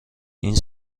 این